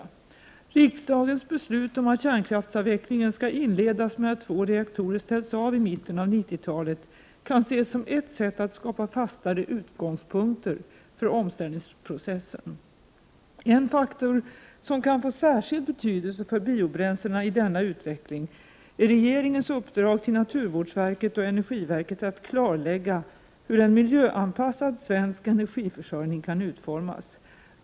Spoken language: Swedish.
Riksdagens beslut om att kärnkraftsavvecklingen skall inledas med att två reaktorer ställs avi mitten av 1990-talet kan ses som ett sätt att skapa fastare utgångspunkter för omställningsprocessen. En faktor som kan få särskild betydelse för biobränslena i denna utveckling är regeringens uppdrag till naturvårdsverket och energiverket att klarlägga hur en miljöanpassad svensk energiförsörjning kan utformas.